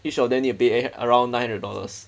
each of them need to pay around nine hundred dollars